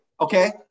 okay